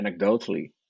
anecdotally